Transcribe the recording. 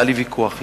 והיה לי ויכוח אתו,